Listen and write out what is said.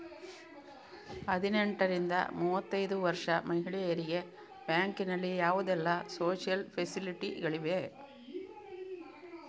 ಹದಿನೆಂಟರಿಂದ ಮೂವತ್ತೈದು ವರ್ಷ ಮಹಿಳೆಯರಿಗೆ ಬ್ಯಾಂಕಿನಲ್ಲಿ ಯಾವುದೆಲ್ಲ ಸೋಶಿಯಲ್ ಫೆಸಿಲಿಟಿ ಗಳಿವೆ?